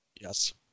Yes